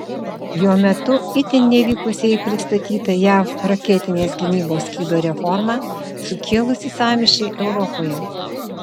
jo metu itin nevykusiai pristatyta jav raketinės gynybos skydo reforma sukėlusį sąmyšį europoje